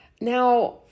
Now